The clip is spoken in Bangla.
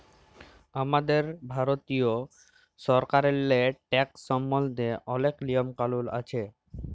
আমাদের ভারতীয় সরকারেল্লে ট্যাকস সম্বল্ধে অলেক লিয়ম কালুল আছে